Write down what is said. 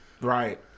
Right